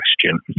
question